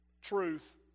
truth